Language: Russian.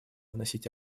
вносить